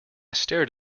stared